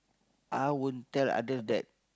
I won't tell other that